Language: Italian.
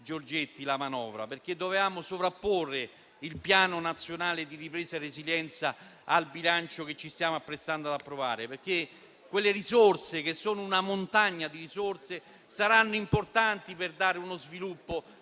Giorgetti. Dovevamo sovrapporre il Piano nazionale di ripresa e resilienza al bilancio che ci stiamo apprestando ad approvare, perché quella montagna di risorse sarà importante per dare uno sviluppo